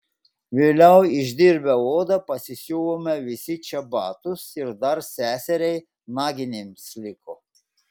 vėliau išdirbę odą pasisiuvome visi čebatus ir dar seseriai naginėms liko